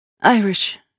Irish